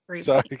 Sorry